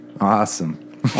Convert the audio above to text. awesome